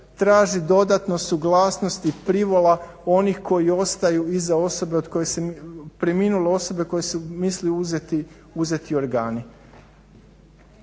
traži dodatno suglasnost i privola onih koji ostaju iza preminule osobe koje od koje se misli uzeti organi.